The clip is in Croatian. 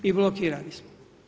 I blokirani smo.